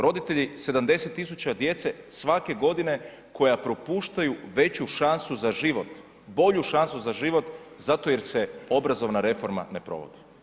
Roditelje 70.000 djece svake godine koja propuštaju veću šansu za život, bolju šansu za život zato jer se obrazovna reforma ne provodi.